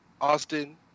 Austin